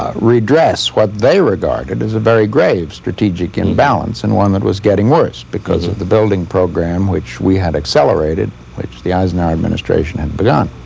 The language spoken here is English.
redress what they regarded as a very grave, strategic imbalance and one that was getting worse because of the building program which we had accelerated which the eisenhower administration had begun.